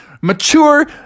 mature